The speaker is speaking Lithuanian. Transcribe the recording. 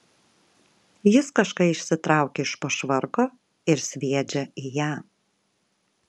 jis kažką išsitraukia iš po švarko ir sviedžia į ją